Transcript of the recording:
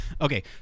Okay